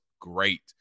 great